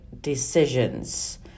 decisions